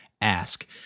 ask